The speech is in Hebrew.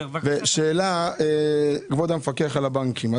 שאלה לכבוד המפקח על הבנקים.